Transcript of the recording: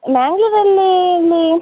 ಮಂಗ್ಳೂರಲ್ಲಿ ಎಲ್ಲಿ